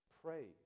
pray